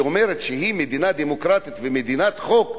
שאומרת שהיא מדינה דמוקרטית ומדינת חוק,